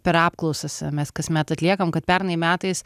per apklausas mes kasmet atliekam kad pernai metais